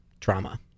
trauma